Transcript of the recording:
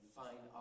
find